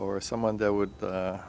or someone that would